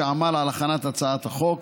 שעמל על הכנת הצעת החוק.